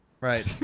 right